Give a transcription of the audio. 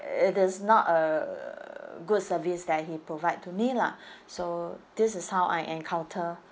it is not a good service that he provide to me lah so this is how I encounter